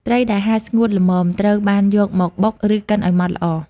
ត្រីដែលហាលស្ងួតល្មមត្រូវបានយកមកបុក ឬកិនឱ្យម៉ដ្ឋល្អ។